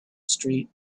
street